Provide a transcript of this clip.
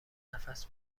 نفس